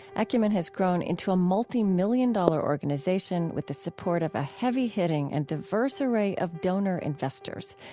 acumen has grown into a multi-million dollar organization with the support of a heavy-hitting and diverse array of donor investors,